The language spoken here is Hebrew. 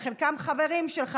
בחלקם חברים שלך,